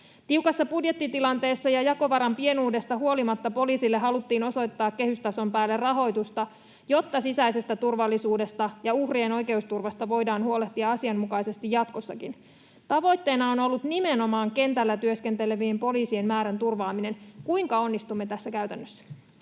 Tiukassa budjettitilanteessa ja jakovaran pienuudesta huolimatta poliisille haluttiin osoittaa kehystason päälle rahoitusta, jotta sisäisestä turvallisuudesta ja uhrien oikeusturvasta voidaan huolehtia asianmukaisesti jatkossakin. Tavoitteena on ollut nimenomaan kentällä työskentelevien poliisien määrän turvaaminen. Kuinka onnistumme tässä käytännössä?